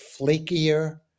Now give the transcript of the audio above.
flakier